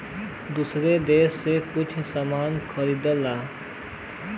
दूसर देस से कुछ सामान खरीदेला